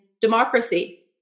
democracy